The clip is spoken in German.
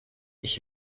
ich